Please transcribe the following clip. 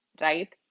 right